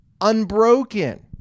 unbroken